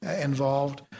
involved